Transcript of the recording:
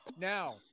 now